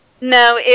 No